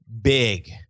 big